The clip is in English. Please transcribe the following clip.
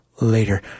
later